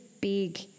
big